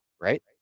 right